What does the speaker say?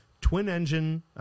twin-engine